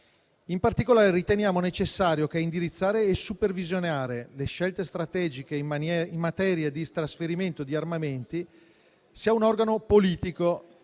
In particolare, riteniamo necessario che ad indirizzare e supervisionare le scelte strategiche in materia di trasferimento di armamenti sia un organo politico,